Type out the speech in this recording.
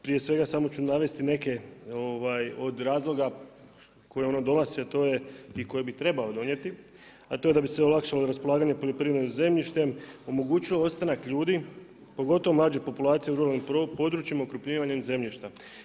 Prije svega samo ću navesti neke od razloga koje ono … i koje bi trebalo donijeti, a to je da bi se olakšalo raspolaganjem poljoprivrednim zemljištem, omogućilo ostanak ljudi pogotovo mlađe populacije u ruralnim područjima okrupnjivanjem zemljišta.